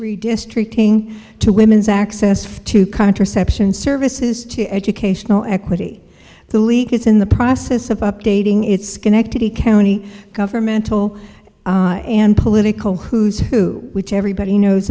redistricting to women's access to contraception services to educational equity the leak is in the process of updating its schenectady county governmental and political who's who which everybody knows